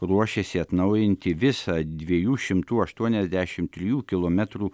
ruošiasi atnaujinti visą dviejų šimtų aštuoniasdešimt trijų kilometrų